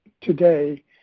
today